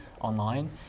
online